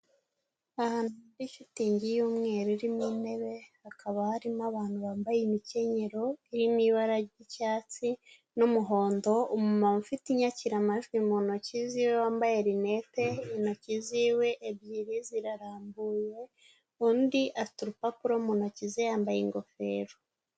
Ahantu hari shitingi y'umweru irimo intebe, hakaba harimo abantu bambaye imikenyero irimo ibara ry'icyatsi n'umuhondo, umumama ufite inyakiramajwi mu ntoki ziwe wambaye rinete intoki ziwe ebyiri zirarambuye, undi afite urupapuro mu ntoki ze yambaye ingofero.